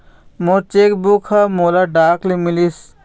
मोर cheque book ह मोला डाक ले मिलिस